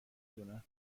دونن